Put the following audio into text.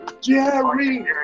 Jerry